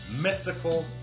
mystical